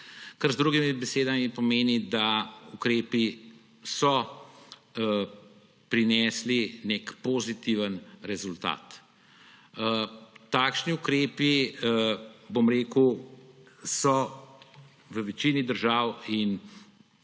To z drugimi besedami pomeni, da ukrepi so prinesli nek pozitiven rezultat. Takšni ukrepi so v večini držav